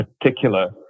particular